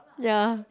ya